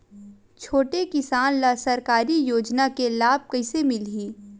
छोटे किसान ला सरकारी योजना के लाभ कइसे मिलही?